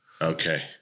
Okay